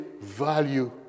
value